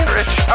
rich